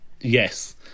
Yes